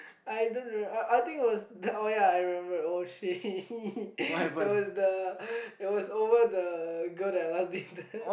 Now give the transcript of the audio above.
I don't remember I I think it was oh ya I remember oh shit it was the over the girl that I last dated